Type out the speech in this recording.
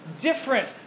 different